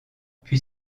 puis